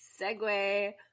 segue